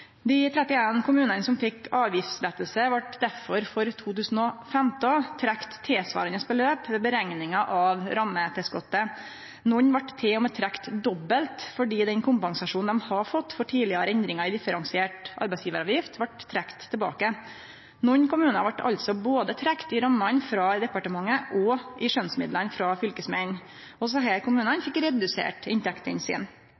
Dei 31 kommunane som fekk avgiftslette, vart derfor for 2015 trekte tilsvarande beløp ved berekninga av rammetilskotet. Nokre vart til og med trekte dobbelt, fordi den kompensasjonen dei hadde fått for tidlegare endringar i differensiert arbeidsgjevaravgift, vart trekt tilbake. Nokre kommunar vart altså både trekte i rammene frå departementet og i skjønnsmidlane frå fylkesmannen. Desse kommunane